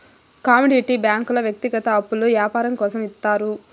commodity బ్యాంకుల వ్యక్తిగత అప్పులు యాపారం కోసం ఇత్తారు